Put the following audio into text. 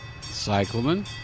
Cyclamen